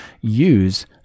use